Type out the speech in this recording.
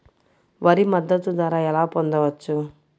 వరి మద్దతు ధర ఎలా పొందవచ్చు?